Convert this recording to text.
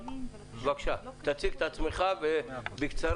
בבקשה, תציג את עצמך בקצרה.